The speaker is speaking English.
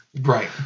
Right